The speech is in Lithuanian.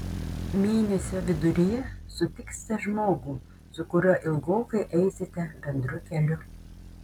mėnesio viduryje sutiksite žmogų su kuriuo ilgokai eisite bendru keliu